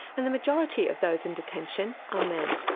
and the majority of those in detention are men.